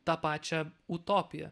tą pačią utopiją